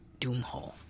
Doomhole